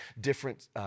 different